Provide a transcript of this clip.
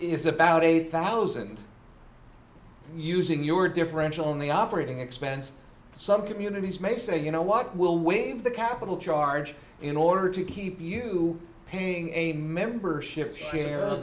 is about eight thousand using your differential in the operating expense some communities may say you know what will waive the capital charge in order to keep you paying a membership share